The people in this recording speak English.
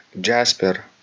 Jasper